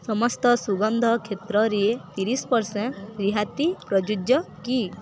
ସମସ୍ତ ସୁଗନ୍ଧ କ୍ଷେତ୍ରରେ ତିରିଶି ପରସେଣ୍ଟ୍ ରିହାତି ପ୍ରଯୁଜ୍ୟ କି